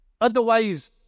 Otherwise